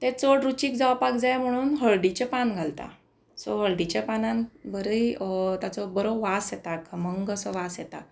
तें चड रुचीक जावपाक जाय म्हणून हळडीचें पान घालता सो हळडीच्या पानान बरी ताचो बरो वास येता खमंग असो वास येता